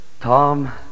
Tom